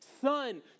son